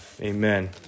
amen